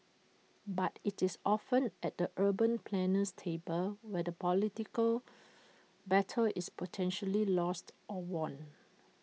but IT is often at the urban planner's table where the political battle is potentially lost or won